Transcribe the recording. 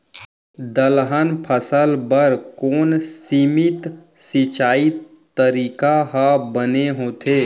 दलहन फसल बर कोन सीमित सिंचाई तरीका ह बने होथे?